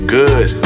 good